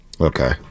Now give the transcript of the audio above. Okay